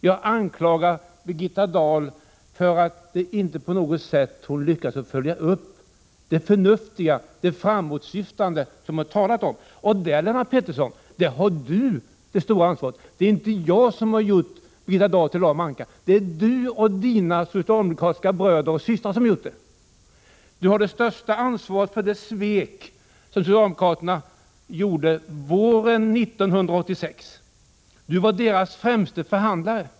Jag anklagar Birgitta Dahl för att hon inte på något sätt lyckas följa upp det förnuftiga och framåtsyftande som hon talar om. Och detta har Lennart Pettersson det största ansvaret för. Det är inte jag som har gjort Birgitta Dahl till en lam anka, utan det är Lennart Pettersson och hans socialdemokratiska bröder och systrar som har gjort det. Ni har det största ansvaret för det svek socialdemokraterna begick våren 1986. Lennart Pettersson var socialdemokraternas främste förhandlare.